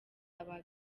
aba